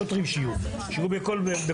שיהיו רק שוטרים,